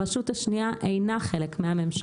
הרשות השנייה אינה חלק מהממשלה.